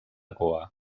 goa